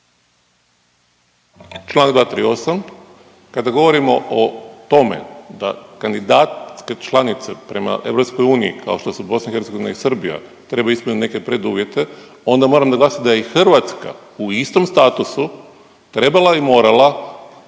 Čl. 238. kada govorimo o tome da kandidatske članice prema EU kao što su BiH i Srbija trebaju ispuniti neke preduvjete onda moramo naglasiti da je i Hrvatska u istom statusu trebala i morala